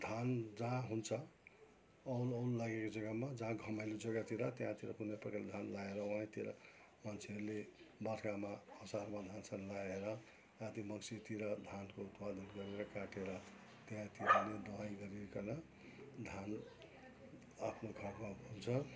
धान जहाँ हुन्छ औल औल लागेको जग्गामा जहाँ घमाइलो जग्गातिर त्यहाँतिर कुनै प्रकारले धान लाएर वहीँतिर मन्छेहरूले वर्खामा असारमा धान सान लाएर र कार्तिक मङ्सिरतिर धानको उत्पादन गरेर काटेर त्यहाँतिर दाइँ गरिकन धान आफ्नो घरमा हुल्छ